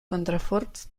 contraforts